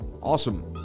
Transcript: Awesome